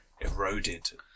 eroded